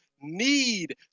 need